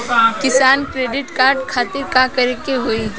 किसान credit card खातिर का करे के होई?